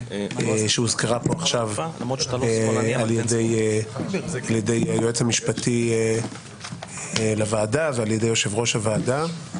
שהוזכרה פה עכשיו על ידי היועץ המשפטי לוועדה ועל ידי יושב-ראש הוועדה,